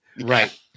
Right